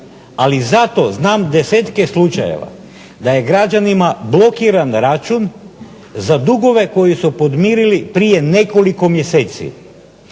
Ali zato znam desetke slučajeva da je građanima blokiran račun za dugove koji su podmirili prije nekoliko mjeseci.